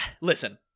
listen